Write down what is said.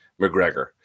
McGregor